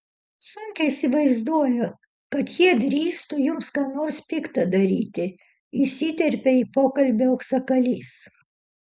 sunkiai įsivaizduoju kad jie drįstų jums ką nors pikta daryti įsiterpė į pokalbį auksakalys